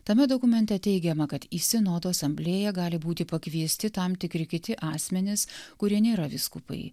tame dokumente teigiama kad į sinodo asamblėją gali būti pakviesti tam tikri kiti asmenys kurie nėra vyskupai